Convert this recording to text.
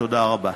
תודה רבה.